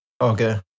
Okay